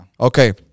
Okay